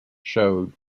showed